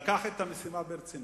הוא לקח את המשימה ברצינות,